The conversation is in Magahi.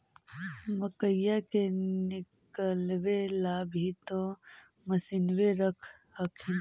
मकईया के निकलबे ला भी तो मसिनबे रख हखिन?